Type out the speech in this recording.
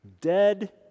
dead